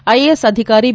AIS ಅಧಿಕಾರಿ B